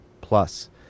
plus